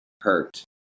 hurt